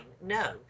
No